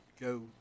Go